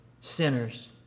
sinners